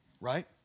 right